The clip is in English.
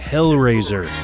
Hellraiser